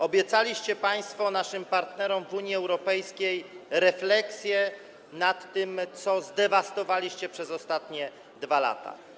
Obiecaliście państwo naszym partnerom w Unii Europejskiej refleksję nad tym, co zdewastowaliście przez ostatnie 2 lata.